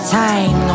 time